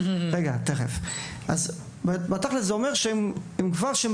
כבר עם